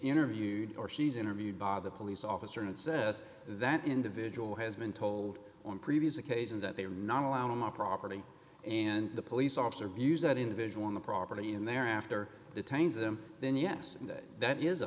interviewed or she's interviewed by the police officer and says that individual has been told on previous occasions that they are not allowed on my property and the police officer views that individual on the property and thereafter detain them then yes that is a